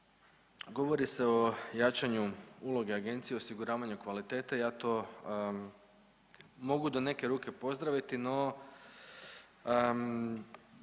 govori se o jačanju uloge agencije u osiguravanju kvalitete. Ja to mogu do neke ruke pozdraviti, no